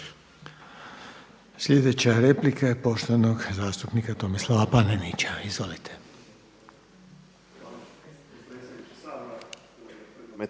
Sljedeća replika je poštovanog zastupnika Josipa Borića. Izvolite.